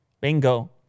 Bingo